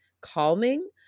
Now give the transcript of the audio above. calming